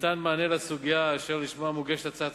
ניתן מענה לסוגיה אשר לשמה מוגשת הצעת